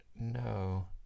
No